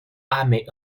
army